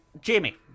Jamie